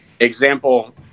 Example